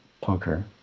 poker